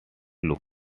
look